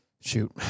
shoot